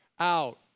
out